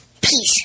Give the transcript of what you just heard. Peace